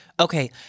Okay